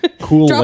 cool